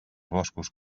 boscos